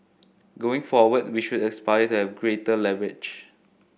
going forward we should aspire to have greater leverage